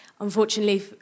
Unfortunately